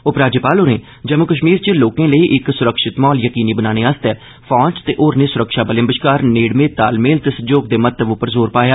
उपराज्यपाल होरें जम्मू कश्मीर च लोकें लेई इक सुरक्षित म्हौल यकीनी बनाने लेई फौज ते होरनें सुरक्षा बलें बश्कार नेड़मे तालमेल ते सैहयोग दे महत्व पर जोर पाया